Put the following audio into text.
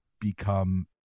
become